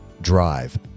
drive